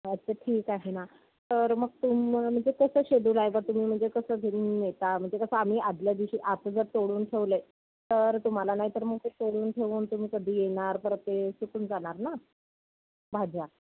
अच्छा ठीक आहे ना तर मग तुम म्हणजे कसं शेड्युल आहे बा तुम्ही म्हणजे कसं घेऊन नेता म्हणजे कसं आम्ही आधल्यादिवशी असं जर तोडून ठेवले तर तुम्हाला नाही तर मग ते तोडून ठेवून तुम्ही कधी येणार परत ते सुकून जाणार ना भाज्या